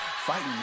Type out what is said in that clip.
Fighting